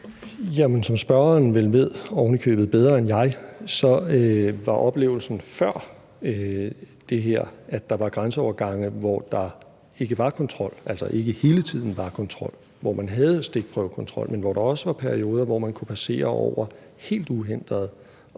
som spørgeren ved – vel ovenikøbet bedre end jeg – var oplevelsen før det her, at der var grænseovergange, hvor der ikke var kontrol, altså hvor der ikke hele tiden var kontrol, men hvor man havde en stikprøvekontrol, men hvor der også var perioder, hvor man kunne passere over grænsen helt uhindret.